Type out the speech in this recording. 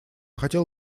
хотел